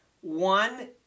one